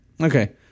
okay